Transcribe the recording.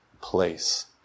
place